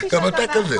גם אתה כזה.